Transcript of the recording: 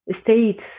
states